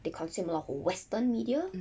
the consume a lot of western media